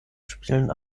spielen